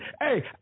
Hey